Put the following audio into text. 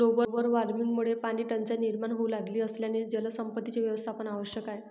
global वॉर्मिंगमुळे पाणीटंचाई निर्माण होऊ लागली असल्याने जलसंपत्तीचे व्यवस्थापन आवश्यक आहे